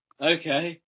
Okay